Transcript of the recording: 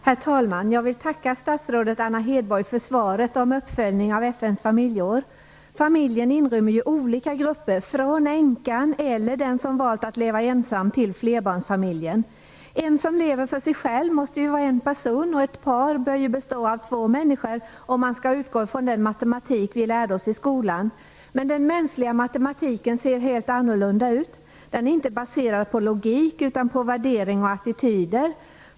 Herr talman! Jag vill tacka statsrådet Anna Hedborg för svaret om uppföljning av FN:s familjeår. En familj kan ha olika sammansättningar från änkan, eller en person som valt att leva ensam, till flerbarnsfamiljen. En som lever för sig själv måste ju vara en person, och ett par bör bestå av två människor, om man skall utgå från den matematik som vi lärde oss i skolan. Den mänskliga matematiken ser helt annorlunda ut. Den är inte baserad på logik utan på värderingar och attityder.